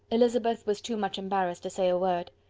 elizabeth was too much embarrassed to say a word.